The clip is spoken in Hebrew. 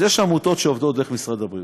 יש עמותות שעובדות דרך משרד הבריאות,